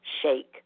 shake